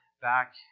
back